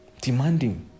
demanding